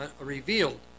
revealed